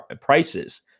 prices